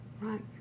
Right